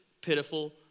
pitiful